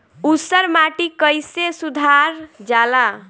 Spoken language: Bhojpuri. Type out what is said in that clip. ऊसर माटी कईसे सुधार जाला?